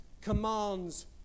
commands